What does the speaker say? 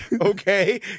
Okay